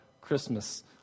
Christmas